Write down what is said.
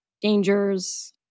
dangers